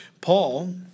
Paul